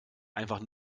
einfach